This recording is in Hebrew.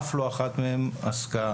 אף לא אחת מהן עסקה,